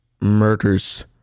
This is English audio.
murders